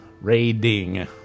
raiding